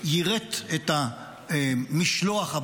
יירט את המשלוח הבא,